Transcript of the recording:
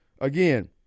Again